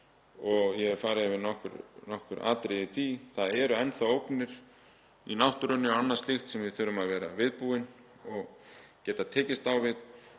og ég hef farið yfir nokkur atriði í því. Það eru enn þá ógnir í náttúrunni og annað slíkt sem við þurfum að vera viðbúin og geta tekist á við.